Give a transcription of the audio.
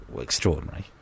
extraordinary